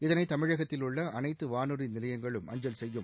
இதனை தமிழகத்தில் உள்ள அனைத்து வானொலி நிலையங்களும் அஞ்சல் செய்யும்